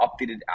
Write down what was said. updated